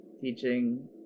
teaching